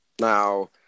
Now